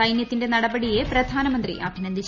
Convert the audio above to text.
സൈന്യത്തിന്റെ നടപടിയെ പ്രധാനമന്ത്രി അഭിനന്ദിച്ചു